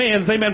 Amen